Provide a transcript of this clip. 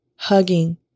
hugging